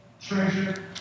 treasure